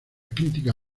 critica